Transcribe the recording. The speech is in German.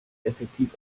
effektiv